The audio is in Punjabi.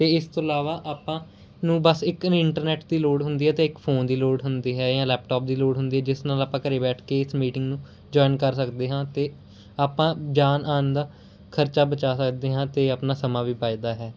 ਅਤੇ ਇਸ ਤੋਂ ਇਲਾਵਾ ਆਪਾਂ ਨੂੰ ਬਸ ਇੱਕ ਇੰਟਰਨੈਟ ਦੀ ਲੋੜ ਹੁੰਦੀ ਹੈ ਤਾਂ ਇੱਕ ਫੋਨ ਦੀ ਲੋੜ ਹੁੰਦੀ ਹੈ ਜਾਂ ਲੈਪਟਾਪ ਦੀ ਲੋੜ ਹੁੰਦੀ ਜਿਸ ਨਾਲ ਆਪਾਂ ਘਰ ਬੈਠ ਕੇ ਇਸ ਮੀਟਿੰਗ ਨੂੰ ਜੁਆਇਨ ਕਰ ਸਕਦੇ ਹਾਂ ਅਤੇ ਆਪਾਂ ਜਾਣ ਆਉਣ ਦਾ ਖਰਚਾ ਬਚਾ ਸਕਦੇ ਹਾਂ ਅਤੇ ਆਪਣਾ ਸਮਾਂ ਵੀ ਬਚਦਾ ਹੈ